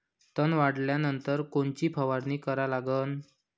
तन काढल्यानंतर कोनची फवारणी करा लागन?